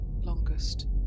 longest